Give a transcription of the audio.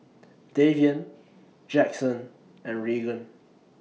Davian Jackson and Regan